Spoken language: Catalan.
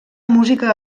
música